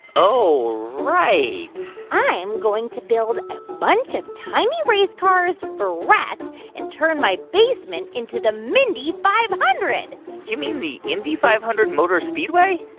oh, right i'm going to build a bunch of tiny race cars for rats and turn my basement into the mindy five hundred point you mean the indy five hundred motor speedway?